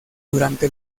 durante